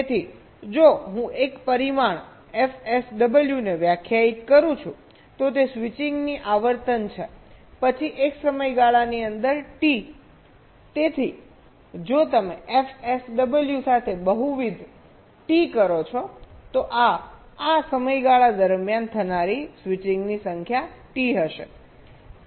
તેથી જો હું એક પરિમાણ fSW ને વ્યાખ્યાયિત કરું છું તો તે સ્વિચિંગની આવર્તન છે પછી એક સમયગાળાની અંદર T તેથી જો તમે f SW સાથે બહુવિધ T કરો છો તો આ આ સમયગાળા દરમિયાન થનારી સ્વિચિંગની સંખ્યા T હશે